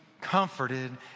comforted